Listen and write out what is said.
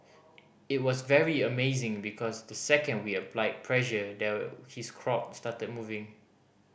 it was very amazing because the second we applied pressure there his crop started moving